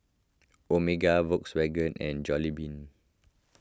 Omega Volkswagen and Jollibean